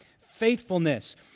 faithfulness